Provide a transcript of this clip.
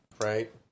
Right